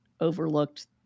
overlooked